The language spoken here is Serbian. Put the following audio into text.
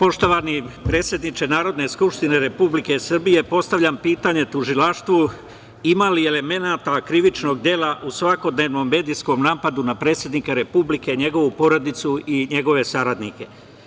Poštovani predsedniče Narodne skupštine Republike Srbije postavljam pitanje tužilaštvu – ima li elemenata krivičnog dela u svakodnevnom medijskom napadu na predsednika Republike, njegovu porodicu i njegove saradnike?